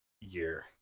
year